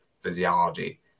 Physiology